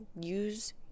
use